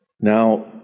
Now